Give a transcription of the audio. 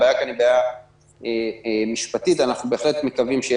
הבעיה כאן היא בעיה משפטית ואנחנו בהחלט מקווים שתהיה